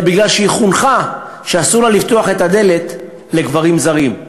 אלא כי היא חונכה שאסור לה לפתוח את הדלת לגברים זרים.